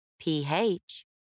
pH